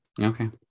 Okay